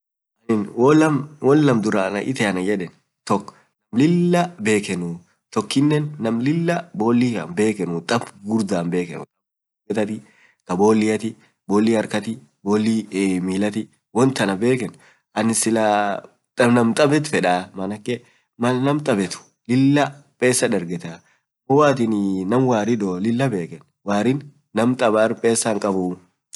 anin hoo woan laam duraa itee anan yeden, took lilaa bekenuu, took kaa lilaa bolii danoaf beekeen taab gugurdaan beeken, kaa boliatii bolii harkatii bolii milatii, woan tanaan bekeheen anin clah naam tabaan beken fedaa, maal naam taabet lilaa pesaa dargeta maal nam warii doo lila pesaa hinkabu.